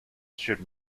should